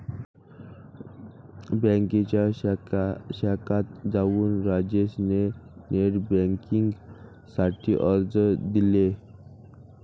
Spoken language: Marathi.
बँकेच्या शाखेत जाऊन राजेश ने नेट बेन्किंग साठी अर्ज दिले